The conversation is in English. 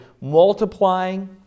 multiplying